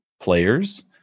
players